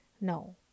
no